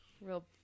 real